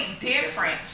different